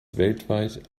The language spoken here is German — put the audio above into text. weltweit